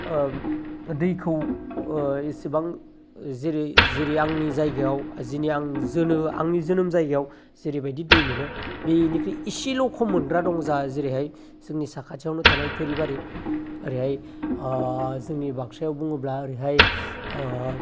दैखौ एसेबां जेरै जेरै आंनि आंनि जायगायाव जिनि आं आंनि जोनोम जायगायाव जेरैबायदि दै मोनो बेनिख्रुयै एसेल' खम मोनग्रा दं जा जेरैहाय जोंनि साखाथियावनो थानाय थोरिबारि ओरैहाय जोंनि बाकसायाव बुङोब्ला ओरैहाय